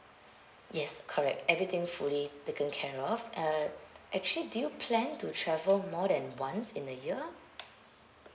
yes correct everything fully taken care of uh actually do you plan to travel more than once in a year